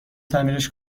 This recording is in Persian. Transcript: تعمیرش